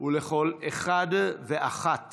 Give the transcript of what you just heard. ולכל אחד ואחת